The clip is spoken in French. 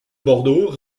bordeaux